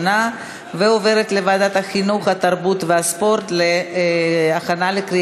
לוועדת החינוך, התרבות והספורט נתקבלה.